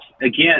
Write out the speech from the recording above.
again